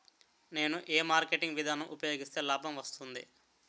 నేను ఏ మార్కెటింగ్ విధానం ఉపయోగిస్తే లాభం వస్తుంది?